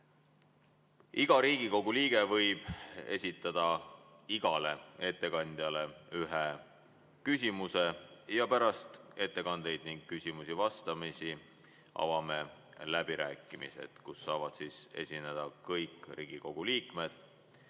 Iga Riigikogu liige võib esitada igale ettekandjale ühe küsimuse. Pärast ettekandeid ning küsimusi-vastuseid avame läbirääkimised, kus saavad esineda kõik Riigikogu liikmed.